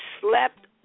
slept